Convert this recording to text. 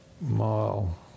mile